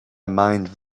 mind